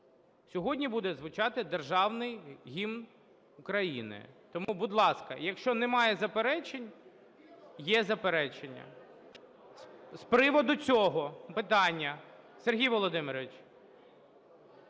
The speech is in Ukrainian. сьогодні буде звучати Державний Гімн України. Тому, будь ласка, якщо немає заперечень… Є заперечення. З приводу цього питання – Сергій Володимирович.